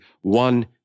one